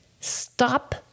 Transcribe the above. Stop